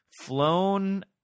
flown